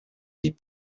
des